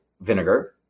vinegar